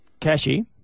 Cashy